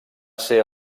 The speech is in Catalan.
ser